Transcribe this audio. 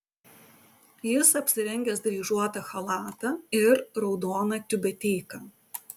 jis apsirengęs dryžuotą chalatą ir raudoną tiubeteiką